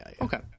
Okay